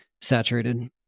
saturated